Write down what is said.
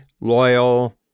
loyal